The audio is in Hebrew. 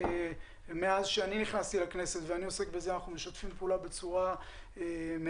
ומאז שנכנסתי לכנסת ואני עוסק בזה אנחנו משתפים פעולה בצורה מלאה,